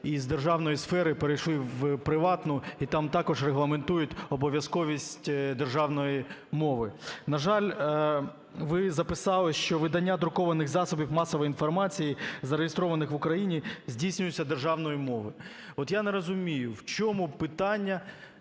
і з державної сфери перейшли в приватну, і там також регламентують обов’язковість державної мови. На жаль, ви записали, що видання друкованих засобів масової інформації, зареєстрованих в Україні, здійснюється державною мовою. От я не розумію, в чому питання